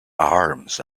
arms